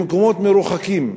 במקומות מרוחקים,